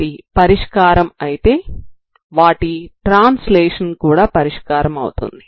uxt పరిష్కారం అయితే వాటి ట్రాన్స్లేషన్ కూడా పరిష్కారం అవుతుంది